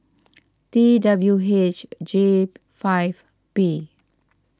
T W H J five P